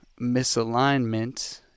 misalignment